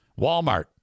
Walmart